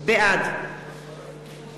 בעד